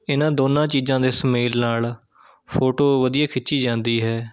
ਇਹਨਾਂ ਦੋਨਾਂ ਚੀਜ਼ਾਂ ਦੇ ਸੁਮੇਲ ਨਾਲ਼ ਫੋਟੋ ਵਧੀਆ ਖਿੱਚੀ ਜਾਂਦੀ ਹੈ